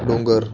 डोंगर